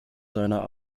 seiner